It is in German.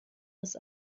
des